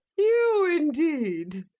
you indeed!